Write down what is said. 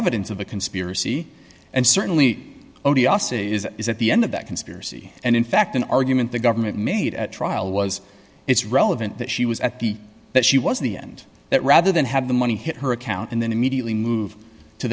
evidence of a conspiracy and certainly is at the end of that conspiracy and in fact an argument the government made at trial was it's relevant that she was at the that she was in the end that rather than have the money hit her account and then immediately move to